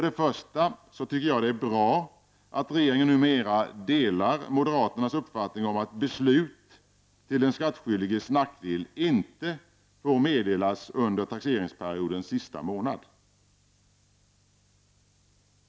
Det är bra att regeringen numera delar moderaternas uppfattning att beslut till den skattskyldiges nackdel inte får meddelas under taxeringsperiodens sista månad.